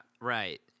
Right